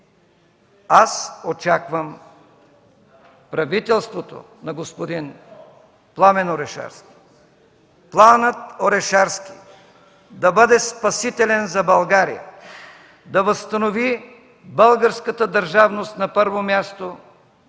аз очаквам правителството на господин Пламен Орешарски, планът Орешарски да бъде спасителен за България, да възстанови българската държавност, на първо място,